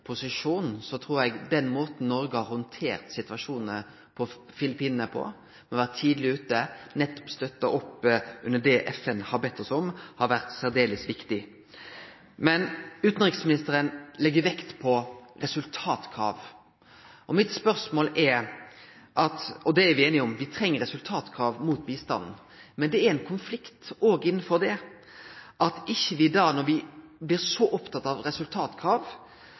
posisjon, trur eg den måten Noreg har handtert situasjonen på Filippinane på, med å vere tidleg ute, nettopp støttar opp under det FN har bedt oss om. Det har vore særs viktig. Utanriksministeren legg vekt på resultatkrav, og me er einige om at me treng resultatkrav mot bistanden. Men det er òg ein konflikt innanfor dette, ved at me, når me blir så opptatt av resultatkrav,